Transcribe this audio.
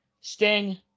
Sting